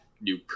new